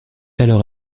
alors